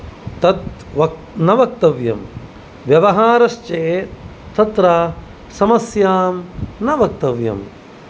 तद् वक् न वक्तव्यं व्यवहारः चेत् तत्र समस्यां न वक्तव्यम्